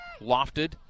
Lofted